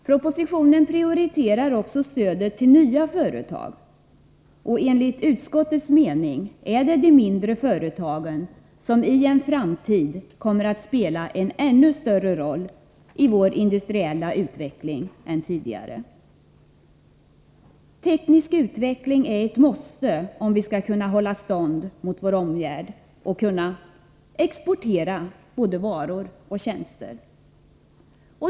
Propositionen prioriterar också stödet till nya företag, och enligt utskottets mening kommer de mindre företagen att i en framtid spela en ännu större roll i vår industriella utveckling än de gjort tidigare. Teknisk utveckling är ett måste om vi skall kunna hålla stånd mot vår omvärld och kunna exportera både varor och tjänster.